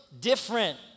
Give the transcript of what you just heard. different